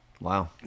wow